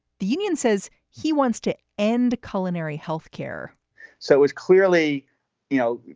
the union, says he wants to end culinary health care so is clearly you know,